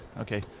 Okay